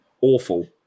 awful